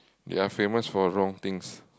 you are famous for a wrong things